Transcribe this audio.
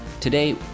Today